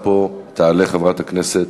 1360,